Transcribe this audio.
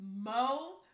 Mo